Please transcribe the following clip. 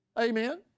Amen